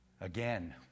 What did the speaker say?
Again